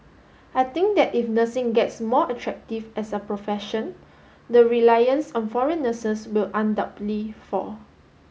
I think that if nursing gets more attractive as a profession the reliance on foreign nurses will undoubtedly fall